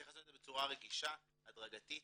צריך לעשות את זה בצורה רגישה, הדרגתית